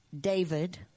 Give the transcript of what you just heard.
David